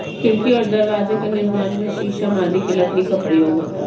खिड़की और दरवाजे के निर्माण में शीशम आदि की लकड़ी का प्रयोग होता है